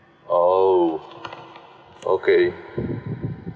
oh okay